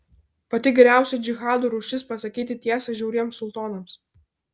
pati geriausia džihado rūšis pasakyti tiesą žiauriems sultonams